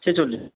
ছেচল্লিশ